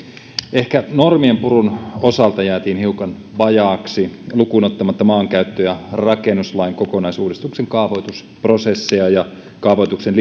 ehkä normien purun osalta jäätiin hiukan vajaaksi lukuun ottamatta maankäyttö ja rakennuslain kokonaisuudistuksen kaavoitusprosessia ja kaavoituksen